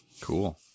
Cool